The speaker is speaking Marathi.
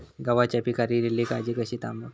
गव्हाच्या पिकार इलीली काजळी कशी थांबव?